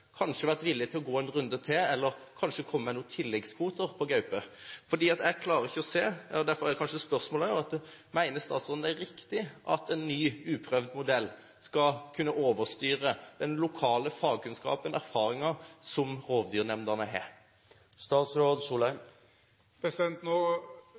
villig til å gå en runde til, eller kanskje komme med noen tilleggskvoter på gaupe. For jeg klarer ikke å se det, og derfor er kanskje spørsmålet også: Mener statsråden det er riktig at en ny, uprøvd modell skal kunne overstyre den lokale fagkunnskapen og erfaringen som rovdyrnemndene har?